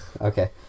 Okay